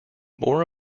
more